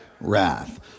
wrath